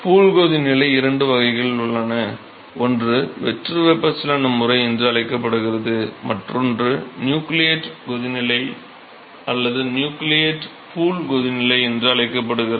pool கொதிநிலையில் இரண்டு வகைகள் உள்ளன ஒன்று வெற்று வெப்பச்சலன முறை என்று அழைக்கப்படுகிறது மற்றொன்று நியூக்ளியேட் பூல் கொதிநிலை என்று அழைக்கப்படுகிறது